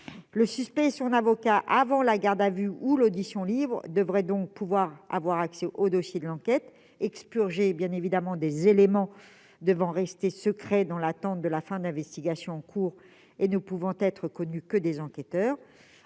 Le suspect et son avocat, avant la garde à vue ou l'audition libre, devraient donc pouvoir avoir accès au dossier de l'enquête, expurgé, bien évidemment, des éléments devant rester secrets dans l'attente de la fin de l'investigation en cours et ne pouvant être connus que des enquêteurs,